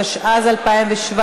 התשע"ז 2017,